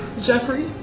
Jeffrey